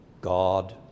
God